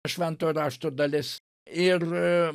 šventojo rašto dalis ir